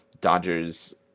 Dodgers